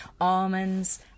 Almonds